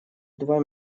два